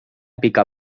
pica